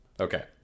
Okay